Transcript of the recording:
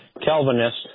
Calvinist